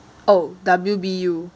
oh W_B_U